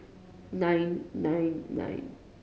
nine nine nine